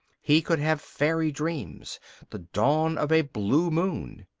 he could have fairy dreams the dawn of a blue moon.